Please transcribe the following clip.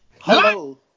Hello